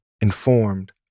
informed